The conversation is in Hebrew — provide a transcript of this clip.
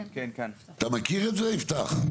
אתה מכיר את זה, יפתח?